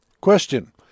Question